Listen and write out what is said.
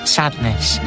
sadness